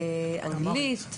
אנגלית,